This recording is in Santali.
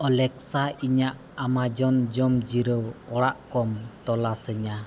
ᱮᱞᱮᱠᱥᱟ ᱤᱧᱟᱹᱜ ᱟᱢᱟᱡᱚᱱ ᱡᱚᱢ ᱡᱤᱨᱟᱹᱣ ᱚᱲᱟᱜ ᱠᱚᱢ ᱛᱚᱞᱟᱥ ᱟᱹᱧᱟᱹ